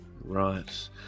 right